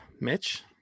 Mitch